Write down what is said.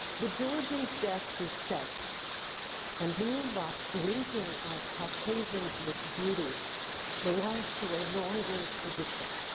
the georgian's death through sex and blumenbach's linking of caucasians with beauty belongs to a longer tradition.